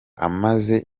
amaze